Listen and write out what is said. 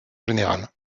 générales